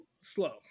slow